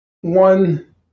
one